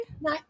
No